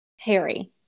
Harry